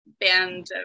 band